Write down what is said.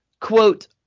Quote